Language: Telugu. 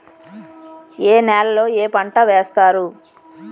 ఏ నేలలో ఏ పంట వేస్తారు?